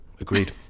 Agreed